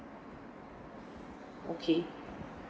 okay